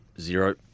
Zero